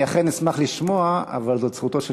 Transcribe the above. אני אכן אשמח לשמוע אבל זאת זכותו של